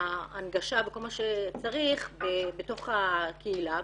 ההנגשה וכל מה שצריך בתוך הקהילה.